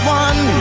one